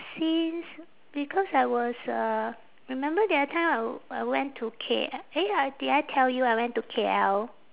since because I was uh remember the other time I I went to K~ eh I did I tell you I went to K_L